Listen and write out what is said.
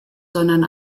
sondern